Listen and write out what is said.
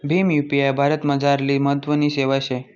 Bhim UPI भारतमझारली महत्वनी सेवा शे